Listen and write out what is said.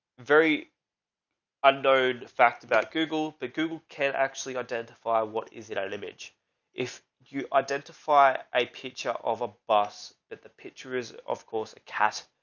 very unknown fact about google. but google can actually identify what is it a if you identify a picture of a bus that the picture is, of course a casper,